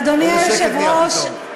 אדוני היושב-ראש,